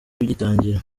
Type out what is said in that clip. bigitangira